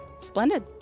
splendid